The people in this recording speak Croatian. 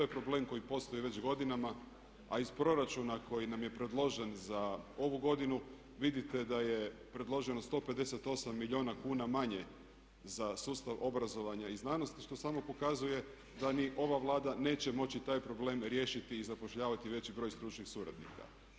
To je problem koji postoji već godinama, a iz proračuna koji nam je predložen za ovu godinu vidite da je predloženo 158 milijuna kuna manje za sustav obrazovanja i znanosti što samo pokazuje da ni ova Vlada neće moći taj problem riješiti i zapošljavati veći broj stručnih suradnika.